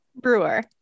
Brewer